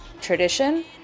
tradition